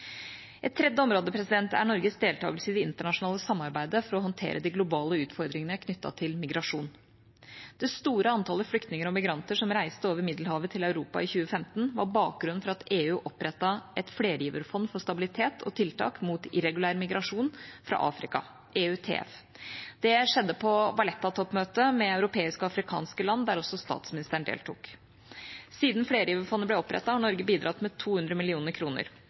Et tredje område er Norges deltakelse i det internasjonale samarbeidet for å håndtere de globale utfordringene knyttet til migrasjon. Det store antallet flyktninger og migranter som reiste over Middelhavet til Europa i 2015, var bakgrunnen for at EU opprettet et flergiverfond for stabilitet og tiltak mot irregulær migrasjon i Afrika – EUTF. Det skjedde på Valletta-toppmøtet med europeiske og afrikanske land, der også statsministeren deltok. Siden flergiverfondet ble opprettet, har Norge bidratt med 200